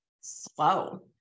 slow